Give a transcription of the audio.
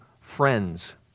friends